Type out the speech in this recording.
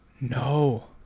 No